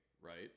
right